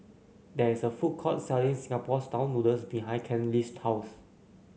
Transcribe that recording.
there is a food court selling Singapore style noodles behind Kenley's house